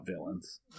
villains